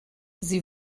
sie